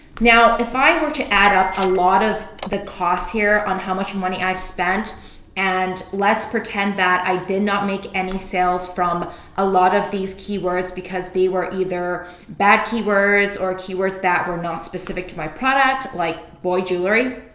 now, if i were to add up a lot of the costs here on how much money i have spent and let's pretend that i did not make any sales from a lot of these keywords because they were either bad keywords or keywords that were not specific to my product like boy jewelry,